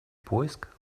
поиск